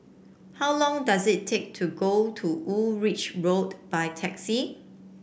how long does it take to go to Woolwich Road by taxi